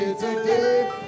today